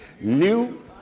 new